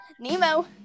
Nemo